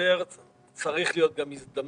משבר צריך להיות גם הזדמנות,